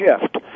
shift